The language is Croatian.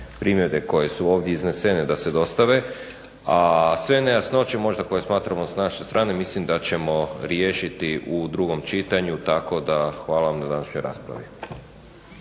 primjedbe koje su ovdje iznesene da se dostave a sve nejasnoće koje smatramo s naše strane mislim da ćemo riješiti u drugom čitanju tako da hvala vam na današnjoj raspravi.